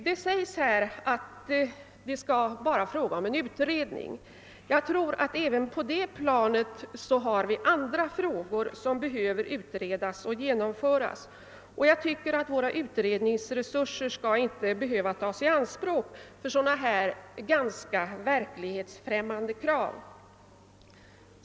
Det framhålles att det bara rör sig om en utredning, men jag tror att man först bör utreda och lösa andra frågor. Våra utredningsresurser skall inte behöva tas i anspråk för sådana här ganska verklighetsfrämmande saker.